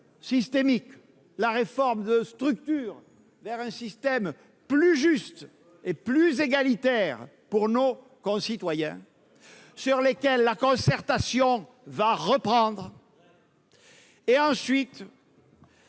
c'est-à-dire la réforme de structure vers un système plus juste et plus égalitaire pour nos concitoyens, sur laquelle la concertation va reprendre, et,